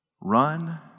Run